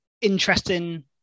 interesting